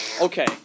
Okay